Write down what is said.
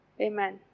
Amen